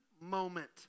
moment